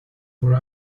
for